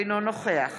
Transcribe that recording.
אינו נוכח